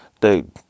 dude